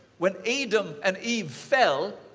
when adam and eve fell,